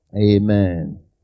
Amen